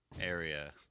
area